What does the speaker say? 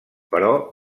però